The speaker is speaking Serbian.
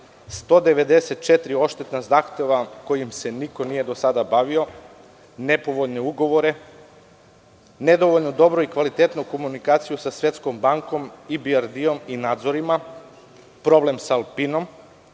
194 odštetna zahteva kojim se niko do sada nije bavio, nepovoljne ugovore, nedovoljno dobru i kvalitetnu komunikaciju sa Svetskom bankom, EBRD i nadzorima, problem sa „Alpinom“,